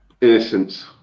innocence